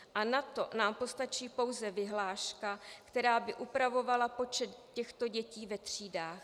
A na to nám postačí pouze vyhláška, která by upravovala počet těchto dětí ve třídách.